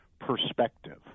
perspective